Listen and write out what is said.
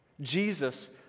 Jesus